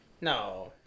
No